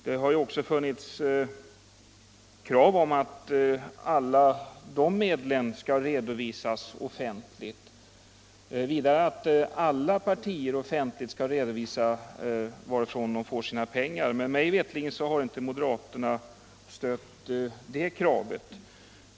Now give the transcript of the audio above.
Det har också funnits krav på att alla de medlen skall redovisas offentligt. Vidare har det krävts att alla partier offentligt skall redovisa varifrån de får sina pengar, men mig veterligt har inte moderaterna stött det kravet.